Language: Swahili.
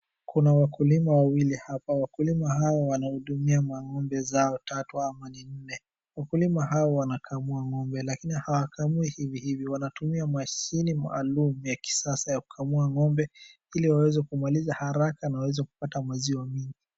Kuna wakulima wawili hapa. Wakulima hawa wanahudumia mang'ombe zao tatu ama ni nne. Wakulima hao wanakamua ng'ombe lakini hawakamui hivi hivi, wanatumia mashini maalum ya kisasa ya kukamua ng'ombe ili waweze kumaliza haraka na waweze kupate maziwa mingi.